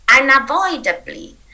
unavoidably